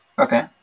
Okay